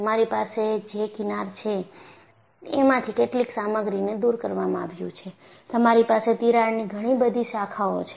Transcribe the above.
તમારી પાસે જે કિનાર છે એમાંથી કેટલીક સામગ્રીને દૂર કરવામાં આવ્યુ છે તમારી પાસે તિરાડની ઘણી બધી શાખાઓ છે